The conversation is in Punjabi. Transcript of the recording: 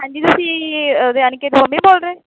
ਹਾਂਜੀ ਤੁਸੀਂ ਉਹਦੇ ਅਨੀਕੇਤ ਦੇ ਮੰਮੀ ਬੋਲ ਰਹੇ